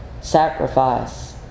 sacrifice